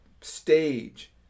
stage